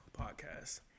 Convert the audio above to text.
podcast